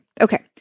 Okay